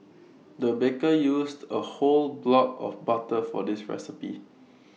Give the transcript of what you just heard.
the baker used A whole block of butter for this recipe